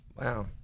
Wow